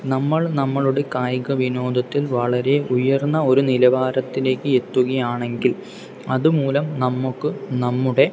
നമ്മൾ നമ്മളുടെ കായിക വിനോദത്തിൽ വളരെ ഉയർന്ന ഒരു നിലവാരത്തിലേക്ക് എത്തുകയാണെങ്കിൽ അതുമൂലം നമുക്ക് നമ്മുടെ